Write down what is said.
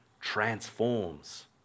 transforms